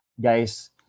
Guys